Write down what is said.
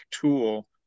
tool